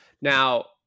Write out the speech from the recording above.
Now